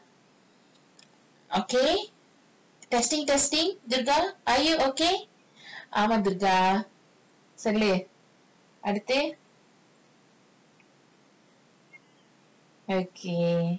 okay